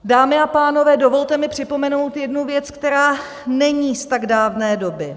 Dámy a pánové, dovolte mi připomenout jednu věc, která není z tak dávné doby.